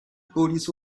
police